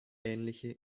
ähnliche